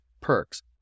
perks